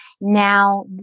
Now